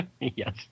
Yes